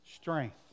Strength